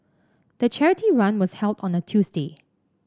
the charity run was held on a Tuesday